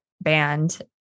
band